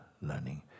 learning